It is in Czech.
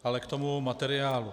Ale k tomu materiálu.